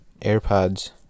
AirPods